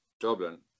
Dublin